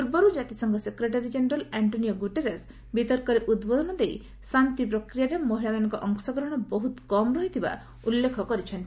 ପୂର୍ବରୁ ଜାତିସଂଘ secretary general Antonio Guterres ବିତର୍କରେ ଉଦ୍ବୋଧନ ଦେଇ ଶାନ୍ତି ପ୍ରକ୍ରିୟାରେ ମହିଳାମାମାନଙ୍କ ଅଂଶଗ୍ରହଣ ବହୁତ କମ୍ ରହିଥିବାର ଉଲ୍ଲେଖ କରିଛନ୍ତି